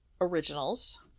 originals